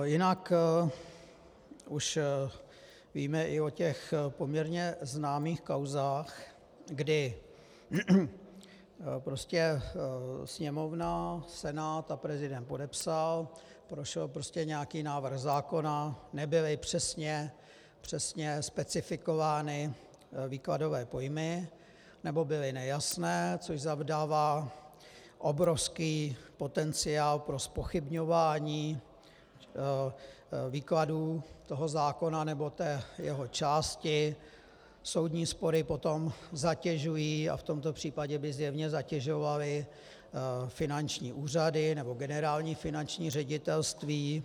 Jinak už víme i o těch poměrně známých kauzách, kdy prostě Sněmovna, Senát a prezident podepsal, prošel prostě nějaký návrh zákona, nebyly přesně specifikovány výkladové pojmy nebo byly nejasné, což zavdává obrovský potenciál pro zpochybňování výkladu toho zákona nebo té jeho části, soudní spory potom zatěžují, a v tomto případě by zjevně zatěžovaly finanční úřady nebo Generální finanční ředitelství.